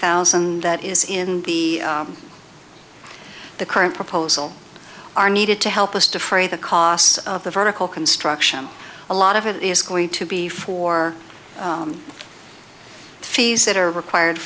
thousand that is in the the current proposal are needed to help us to free the costs of the vertical construction a lot of it is going to be for fees that are required